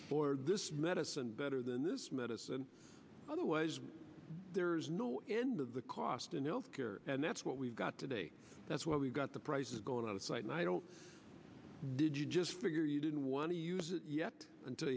for this medicine better than this medicine otherwise there's no end of the cost and no cure and that's what we've got today that's where we've got the prices going out of sight and i don't did you just figure you didn't want to use it yet until